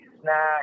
snack